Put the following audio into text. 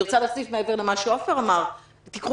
אני רוצה להוסיף מעבר למה שעפר אמר: קחו